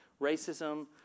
racism